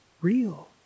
real